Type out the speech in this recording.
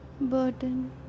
burden